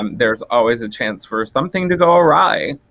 um there's always a chance for something to go awry.